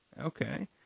Okay